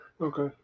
Okay